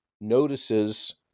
notices